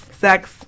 sex